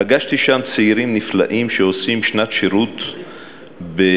פגשתי שם צעירים נפלאים שעושים שנת שירות בחקלאות,